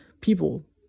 people